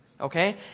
Okay